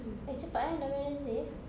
hmm eh cepat eh dah wednesday eh